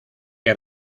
que